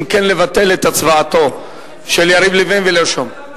אם כן, לבטל את הצבעתו של יריב לוין ולרשום, אם